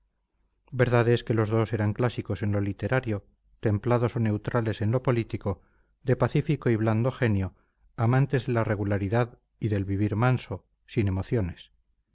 verdad que los dos eran clásicos en lo literario templados o neutrales en lo político de pacífico y blando genio amantes de la regularidad y del vivir manso sin emociones